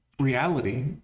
reality